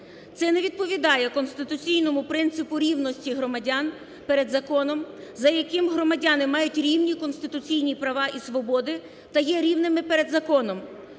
Це не відповідає конституційному принципу рівності громадян перед законом, за яким громадяни мають рівні конституційні права і свободи та є рівними перед законом